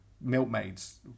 milkmaids